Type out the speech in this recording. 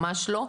ממש לא,